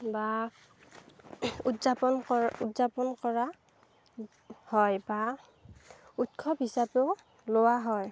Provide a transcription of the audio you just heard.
বা কৰা উদযাপন কৰা হয় বা উৎসৱ হিচাপেও লোৱা হয়